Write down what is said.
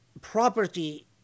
property